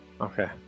Okay